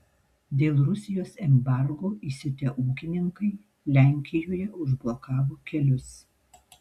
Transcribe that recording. dėl rusijos embargo įsiutę ūkininkai lenkijoje užblokavo kelius